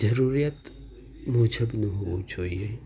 જરૂરિયાત મુજબનું હોવું જોઈએ